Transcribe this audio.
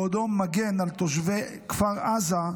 בעודו מגן על תושבי כפר עזה,